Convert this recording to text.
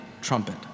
trumpet